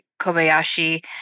Kobayashi